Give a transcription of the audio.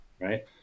right